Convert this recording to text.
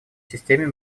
системе